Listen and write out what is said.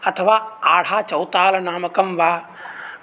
अथवा आढाचौतालनामकं वा